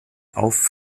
auf